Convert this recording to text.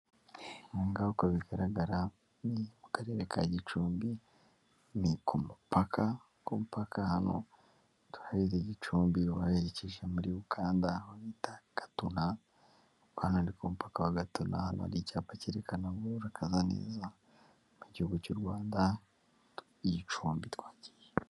Ahangaha uko bigaragara ni mu karere ka Gicumbi, ni ku mupaka, ku mupaka hano muri Gicumbi uba werekeje muri Uganda aho bita Gatuna, hano ni ku mupaka wa Gatuna, hano hari icyapa cyerekana ngo murakaza neza mu gihugu cy'u Rwanda, Gicumbi twagiye.